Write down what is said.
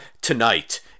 tonight